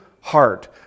heart